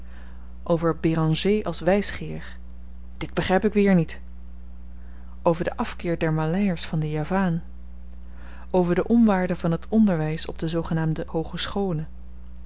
over béranger als wysgeer dit begryp ik weer niet over den afkeer der maleiers van den javaan over de onwaarde van het onderwys op de zoogenaamde hoogescholen